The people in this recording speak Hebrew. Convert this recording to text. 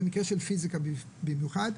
במקרה של פיזיקה במיוחד.